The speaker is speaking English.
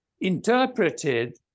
interpreted